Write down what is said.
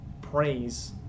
praise